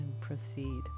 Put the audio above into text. proceed